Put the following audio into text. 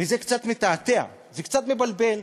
וזה קצת מתעתע, זה קצת מבלבל.